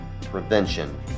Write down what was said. prevention